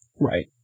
Right